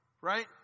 right